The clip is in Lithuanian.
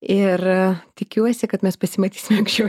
ir tikiuosi kad mes pasimatysime anksčiau